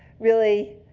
really,